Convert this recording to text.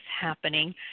happening